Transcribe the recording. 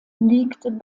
liegt